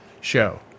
show